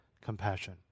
compassion